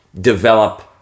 develop